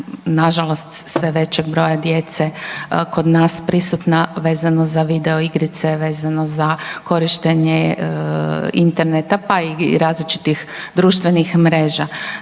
na žalost sve većeg broja djece kod nas prisutna vezano za video igrice, vezano za korištenje interneta, pa i različitih društvenih mreža.